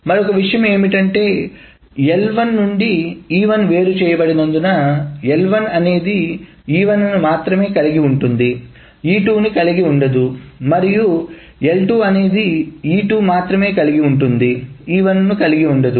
మరొక విషయం ఏమిటంటే L1 నుండి E1 వేరు చేయబడినందున L1 అనేది E1 ను మాత్రమే కలిగి ఉంటుంది E2 ను కలిగి ఉండదు మరియు L2 అనేది E2 మాత్రమే కలిగి ఉంటుంది E1 నుకలిగి ఉండదు